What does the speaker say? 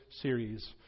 series